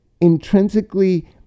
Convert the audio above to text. intrinsically